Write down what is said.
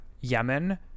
yemen